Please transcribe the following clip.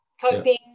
coping